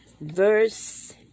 Verse